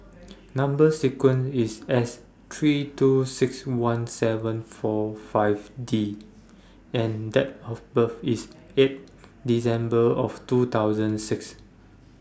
Number sequence IS S three two six one seven four five D and Date of birth IS eight December of two thousand six